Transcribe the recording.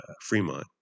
Fremont